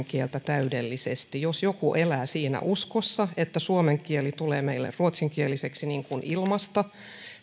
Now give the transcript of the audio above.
kieltä täydellisesti jos joku elää siinä uskossa että suomen kieli tulee meille ruotsinkielisille niin kuin ilmasta